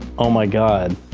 oh my god.